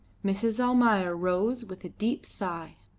mrs. almayer rose with a deep sigh,